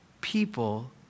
people